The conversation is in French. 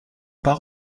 par